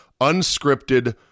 unscripted